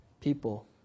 people